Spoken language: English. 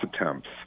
attempts